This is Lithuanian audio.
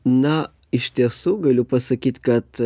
na iš tiesų galiu pasakyt kad